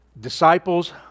Disciples